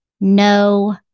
no